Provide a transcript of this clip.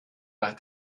nach